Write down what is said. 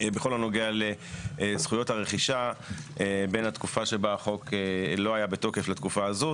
בכל הנוגע לזכויות הרכישה בין התקופה שבה החוק לא היה תוקף לתקופה הזו.